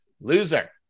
loser